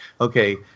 Okay